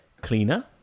cleaner